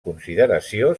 consideració